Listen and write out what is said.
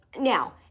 now